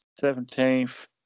seventeenth